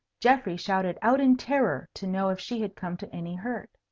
geoffrey shouted out in terror to know if she had come to any hurt.